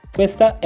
Questa